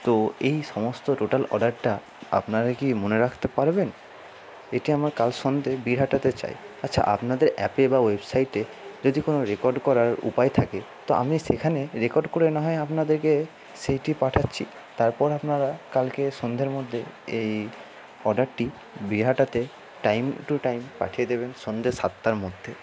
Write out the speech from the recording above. তো এই সমস্ত টোটাল অর্ডারটা আপনারা কি মনে রাখতে পারবেন এটি আমার কাল সন্ধ্যে বীরহাটাতে চাই আচ্ছা আপনাদের অ্যাপে বা ওয়েবসাইটে যদি কোনো রেকর্ড করার উপায় থাকে তো আমি সেখানে রেকর্ড করে না হয় আপনাদেরকে সেইটি পাঠাচ্ছি তারপর আপনারা কালকে সন্ধের মধ্যে এই অর্ডারটি বীরহাটাতে টাইম টু টাইম পাঠিয়ে দেবেন সন্ধ্যে সাতটার মধ্যে